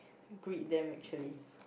greet them actually